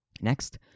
next